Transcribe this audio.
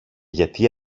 γιατί